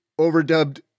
overdubbed